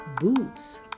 Boots